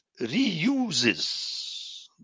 reuses